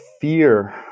fear